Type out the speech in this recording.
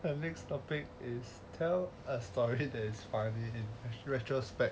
the next topic is tell a story that is funny in retrospect